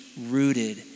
rooted